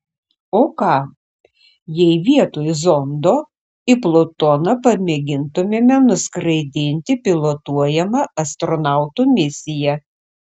o ką jei vietoj zondo į plutoną pamėgintumėme nuskraidinti pilotuojamą astronautų misiją